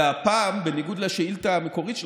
והפעם, בניגוד לשאילתה המקורית שלך,